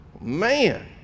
Man